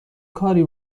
کاری